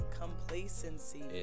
Complacency